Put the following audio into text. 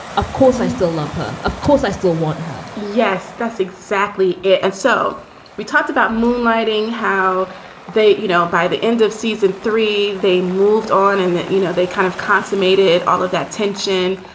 of course, i still love her. of course i still want her yes, that's exactly it. and so we talked about moonlighting, how they you know, by the end of season three, they moved on and, you know, they kind of consummated all of that tension.